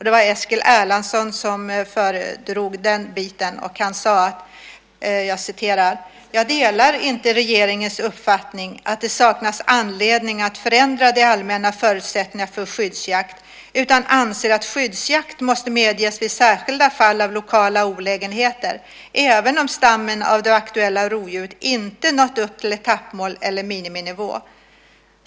Det var Eskil Erlandsson som föredrog detta, och han sade: Jag delar inte regeringens uppfattning att det saknas anledning att förändra de allmänna förutsättningarna för skyddsjakt utan anser att skyddsjakt måste medges vid särskilda fall av lokala olägenheter även om stammen av det aktuella rovdjuret inte nått upp till etappmål eller miniminivå.